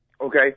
Okay